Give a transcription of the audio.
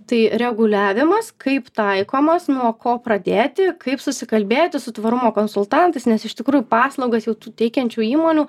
tai reguliavimas kaip taikomas nuo ko pradėti kaip susikalbėti su tvarumo konsultantais nes iš tikrųjų paslaugas teikiančių įmonių